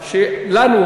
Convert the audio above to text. שלנו,